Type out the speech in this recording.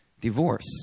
divorce